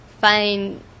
find